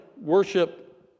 worship